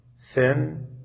thin